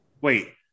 wait